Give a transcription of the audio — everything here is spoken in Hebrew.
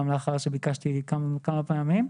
גם לאחר שביקשתי כמה פעמים.